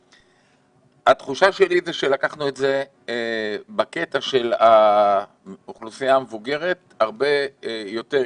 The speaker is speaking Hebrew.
התחושה שלי זה שלקחנו את זה בקטע של האוכלוסייה המבוגרת הרבה יותר,